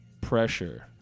pressure